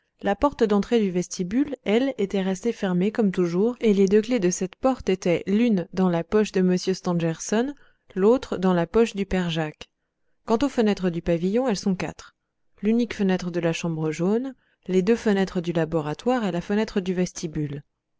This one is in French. la porte d'entrée du vestibule elle était restée fermée comme toujours et les deux clefs de cette porte étaient l'une dans la poche de m stangerson l'autre dans la poche du père jacques quant aux fenêtres du pavillon elles sont quatre l'unique fenêtre de la chambre jaune les deux fenêtres du laboratoire et la fenêtre du vestibule